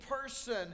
person